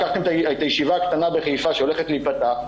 לקחתם את הישיבה הקטנה בחיפה שהולכת להיפתח.